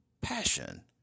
passion